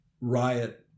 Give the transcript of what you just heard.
riot